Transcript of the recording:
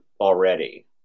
already